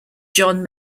john